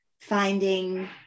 finding